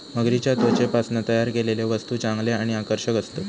मगरीच्या त्वचेपासना तयार केलेले वस्तु चांगले आणि आकर्षक असतत